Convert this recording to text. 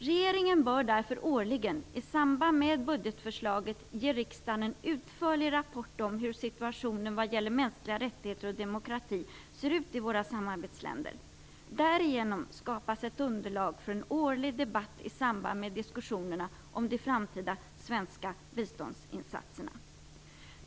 Regeringen bör därför årligen i samband med budgetförslaget ge riksdagen en utförlig rapport om hur situationen vad gäller mänskliga rättigheter och demokrati ser ut i våra samarbetsländer. Därigenom skapas ett underlag för en årlig debatt i samband med diskussionerna om de framtida svenska biståndsinsatserna.